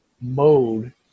mode